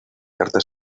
carta